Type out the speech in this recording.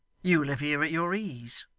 you live here at your ease.